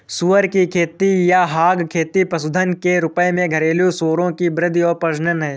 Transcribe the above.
सुअर की खेती या हॉग खेती पशुधन के रूप में घरेलू सूअरों की वृद्धि और प्रजनन है